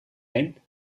één